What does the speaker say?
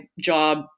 job